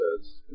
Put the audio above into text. says